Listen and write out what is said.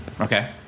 Okay